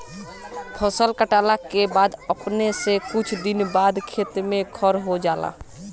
फसल काटला के बाद अपने से कुछ दिन बाद खेत में खर हो जाला